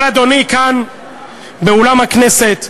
אבל, אדוני, כאן, באולם הכנסת,